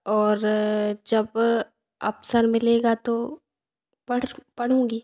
और जब अपशन मिलेगा तो पढ़ पढूंगी